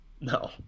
No